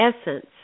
essence